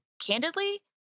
candidly